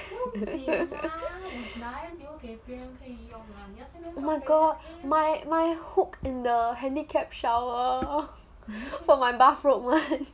oh my god my my hook in the handicap shower for my bathrobe one